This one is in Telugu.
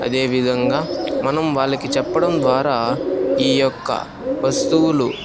అదే విధంగా మనం వాళ్ళకి చెప్పడం ద్వారా ఈ యొక్క వస్తువులు